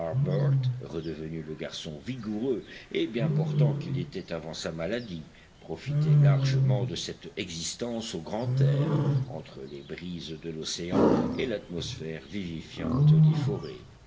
redevenu le garçon vigoureux et bien portant qu'il était avant sa maladie profitait largement de cette existence au grand air entre les brises de l'océan et l'atmosphère vivifiante des forêts